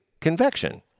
convection